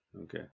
Okay